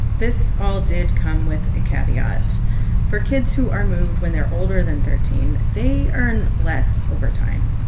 this all did come with a caveat for kids who are moved when they're older than thirteen, they earn less over time.